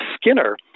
Skinner